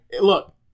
look